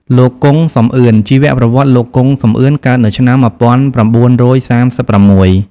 លោក គង់ សំអឿន ជីវប្រវត្តិ លោក គង់ សំអឿន កើតនៅឆ្នាំ១៩៣៦។